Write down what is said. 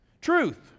truth